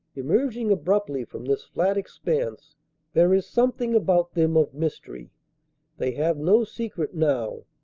emerging abruptly from this flat expanse there is something about them of mystery they have no secret now,